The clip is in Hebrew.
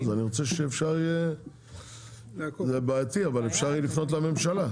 אז אני רוצה שאפשר יהיה לפנות לממשלה,